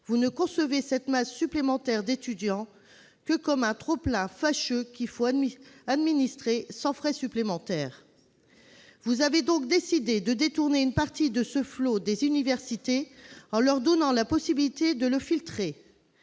vous ne concevez cette masse supplémentaire d'étudiants que comme un trop-plein fâcheux qu'il faut administrer sans frais supplémentaires. Vous avez donc décidé de détourner une partie de ce flot des universités en donnant à celles-ci la possibilité de le filtrer.